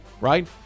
right